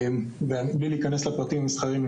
מבלי להיכנס לפרטים המסחריים,